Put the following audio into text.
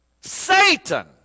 Satan